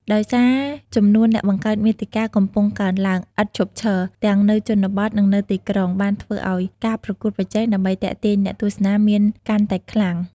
ដោយសារចំនួនអ្នកបង្កើតមាតិកាកំពុងកើនឡើងឥតឈប់ឈរទាំងនៅជនបទ និងនៅទីក្រុង បានធ្វើឲ្យការប្រកួតប្រជែងដើម្បីទាក់ទាញអ្នកទស្សនាមានកាន់តែខ្លាំង។